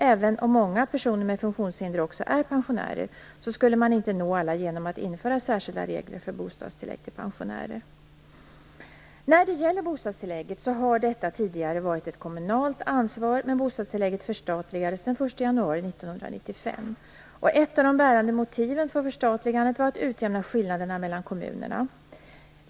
Även om många personer med funktionshinder också är pensionärer, skulle man inte nå alla genom att införa särskilda regler för bostadstillägg för pensionärer. Bostadstillägget, som tidigare var ett kommunalt ansvar, förstatligades den 1 januari 1995. Ett av de bärande motiven för förstatligandet var att utjämna skillnaderna mellan kommunerna.